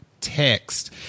text